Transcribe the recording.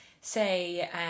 say